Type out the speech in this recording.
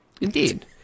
Indeed